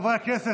חברי הכנסת,